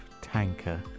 tanker